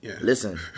listen